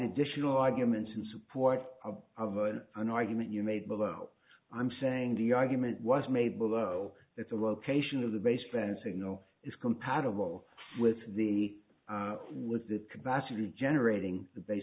additional arguments in support of an an argument you made below i'm saying the argument was made below that the location of the baseband signal is compatible with the was the capacity generating the